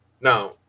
Now